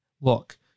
Look